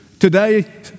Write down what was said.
Today